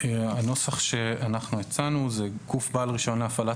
הנוסח שאנחנו הצענו זה: גוף בעל רישיון להפעלת